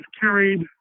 carried